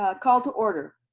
ah call to order.